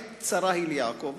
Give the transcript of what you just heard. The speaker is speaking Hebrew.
עת צרה היא ליעקב,